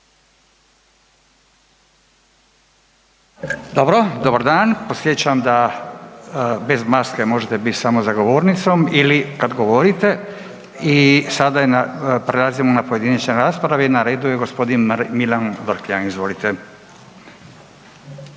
Dobro, dobar dan, podsjećam da bez maske možete bit samo za govornicom ili kad govorite. I sada prelazimo na pojedinačne rasprave, na redu je g. Milan Vrkljan, izvolite.